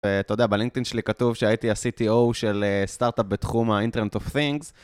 אתה יודע, בלינקדאין שלי כתוב שהייתי ה-CTO של סטארט-אפ בתחום ה-Internet of things.